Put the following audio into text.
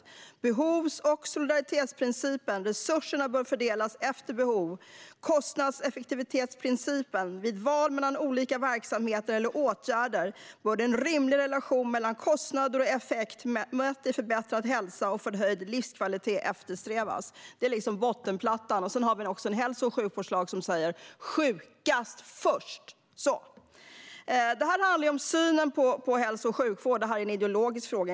Enligt behovs och solidaritetsprincipen bör resurserna fördelas efter behov. Enligt kostnadseffektivitetsprincipen bör vid val av olika verksamheter eller åtgärder en rimlig relation mellan kostnader och effekt mätt i förbättrad hälsa och förhöjd livskvalitet eftersträvas. Detta är liksom bottenplattan. Sedan finns det också en hälso och sjukvårdslag som säger: sjukast först. Synen på hälso och sjukvård är en ideologisk fråga.